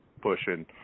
pushing